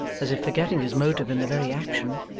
as if forgetting his motive in the very action,